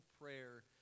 prayer